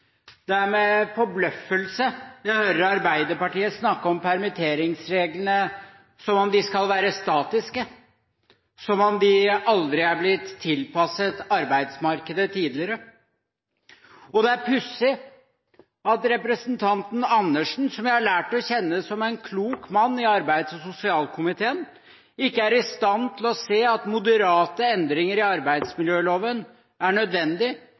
Det er med forbløffelse jeg hører Arbeiderpartiet snakke om permitteringsreglene som om de skulle være statiske, som om de aldri er blitt tilpasset arbeidsmarkedet tidligere. Og det er pussig at representanten Dag Terje Andersen, som jeg har lært å kjenne som en klok mann i arbeids- og sosialkomiteen, ikke er i stand til å se at moderate endringer i arbeidsmiljøloven er nødvendig